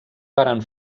varen